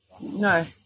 No